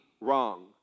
wrong